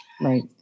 Right